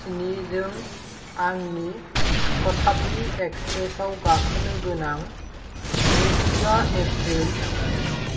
स्नि जों आंनि शताब्दी एक्सप्रेसआव गाखोनो गोनां नैजिबा एप्रिल